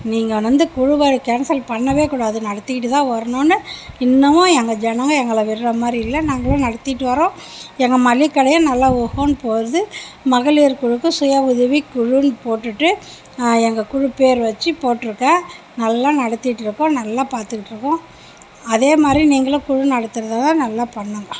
நீங்கள் வந்து குழுவை கேன்சல் பண்ணவே கூடாது நடத்திட்டுதான் வரணும்ன்னு இன்னுமும் எங்கள் ஜனங்கள் எங்களை விடுற மாதிரி இல்லை நாங்களும் நடத்திட்டு வர்றோம் எங்கள் மளிகை கடையும் நல்லா ஓஹோன்னு போகுது மகளிர் குழுவுக்கு சுய உதவிக்குழுன்னு போட்டுவிட்டு எங்கள் குழு பேர் வெச்சு போட்டிருக்கேன் நல்லா நடத்திட்டுருக்கோம் நல்லா பார்த்துட்ருக்கோம் அதே மாதிரி நீங்களும் குழு நடத்துகிறதுன்னா நல்லா பண்ணுங்கள்